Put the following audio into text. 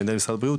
מנהל משרד הבריאות,